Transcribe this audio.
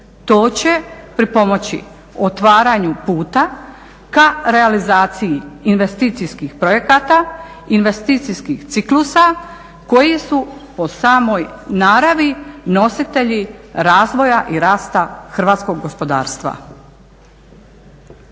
To će pripomoći otvaranju puta ka realizaciji investicijskih projekata, investicijskih ciklusa koji su po samoj naravni nositelji razvoja i rasta hrvatskog gospodarstva.